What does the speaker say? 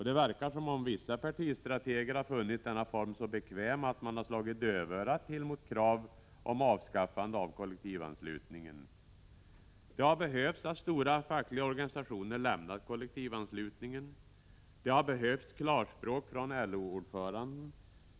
Det verkar som om vissa partistrateger funnit denna form så bekväm att man 17 slagit dövörat till mot krav på avskaffande av kollektivanslutningen. Det har behövts att stora fackliga organisationer lämnat kollektivanslutningen. Det har behövts klarspråk från LO-ordföranden.